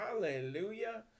Hallelujah